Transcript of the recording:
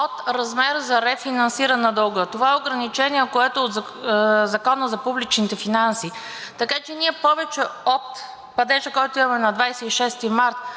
от размера за рефинансиране на дълга. Това е ограничение, което е от Закона за публичните финанси, така че повече от падежа, който имаме на 26 март